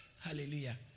Hallelujah